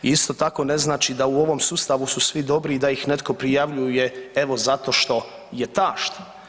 I isto tako ne znači da u ovom sustavu su svi dobri i da ih netko prijavljuje evo zato što je tašt.